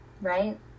right